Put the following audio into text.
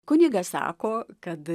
kunigas sako kad